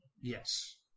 Yes